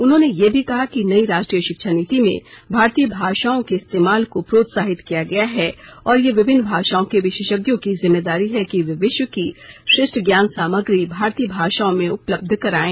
उन्होंने यह भी कहा कि नई राष्ट्रीय शिक्षा नीति में भारतीय भाषाओं के इस्तेमाल को प्रोत्साहित किया गया है और ये विभिन्न भाषाओं के विशेषज्ञों की जिम्मेदारी है कि वे विश्व की श्रेष्ठ ज्ञान सामग्री भारतीय भाषाओं में उपलब्ध कराएं